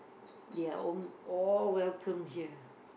they are al~ all welcome here